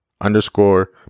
underscore